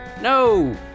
No